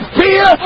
fear